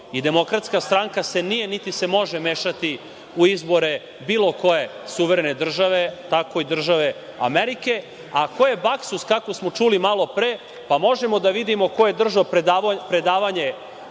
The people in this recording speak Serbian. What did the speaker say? Klinton. I DS se nije, niti se može mešati u izbore bilo koje suverene države, tako i države Amerike. A, ko je baksuz, kako smo čuli malopre, pa možemo da vidimo ko je držao predavanje u